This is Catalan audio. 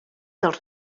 dels